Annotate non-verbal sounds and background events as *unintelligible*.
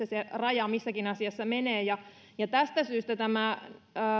*unintelligible* se raja missäkin asiassa menee ja ja tästä syystä